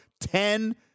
ten